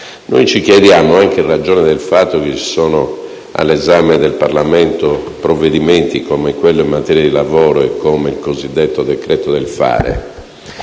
Noi ci chiediamo, anche in ragione del fatto che sono all'esame del Parlamento provvedimenti come quello in materia di lavoro e come il cosiddetto decreto del fare,